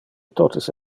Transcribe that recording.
totes